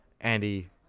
Andy